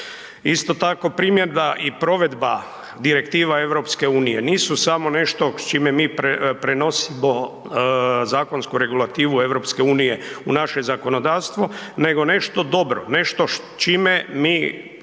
Isto tako, primjena i provedba direktiva EU nisu samo nešto s čime mi prenosimo zakonsku regulativu EU u naše zakonodavstvo nego nešto dobro, nešto s čime mi ako